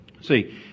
See